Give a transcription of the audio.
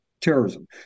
terrorism